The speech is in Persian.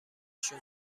شدم